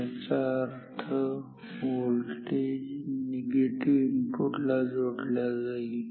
याचा अर्थ हा व्होल्टेज निगेटिव्ह इनपुट जोडला जाईल